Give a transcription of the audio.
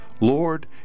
Lord